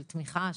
של תמיכה,